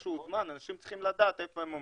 אנשים צריכים לדעת איפה הם עומדים,